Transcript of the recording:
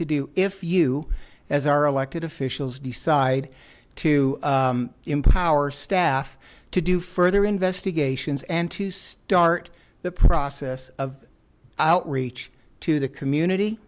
to do if you as our elected officials decide to empower staff to do further investigations and to start the process of outreach to the community